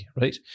right